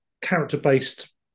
character-based